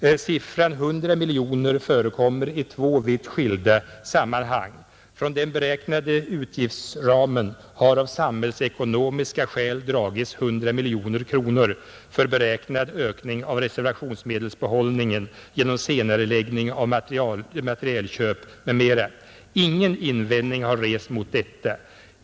Siffran 100 miljoner förekommer i två vitt skilda sammanhang. Från den beräknade utgiftsramen har av samhällsekonomiska skäl dragits 100 miljoner kronor för beräknad ökning av reservationsmedelsbehållningarna genom senareläggning av materielinköp m.m. Ingen invändning har rests mot detta.